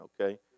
okay